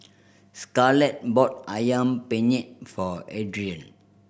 Scarlett bought Ayam Penyet for Adrian